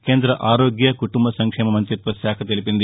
కేంద ఆరోగ్య కుటుంబ సంక్షేమ మంతిత్వ శాఖ తెలిపింది